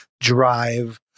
drive